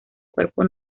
cuerpo